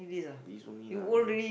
this only lah